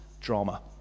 drama